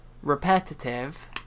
repetitive